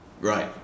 Right